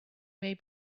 may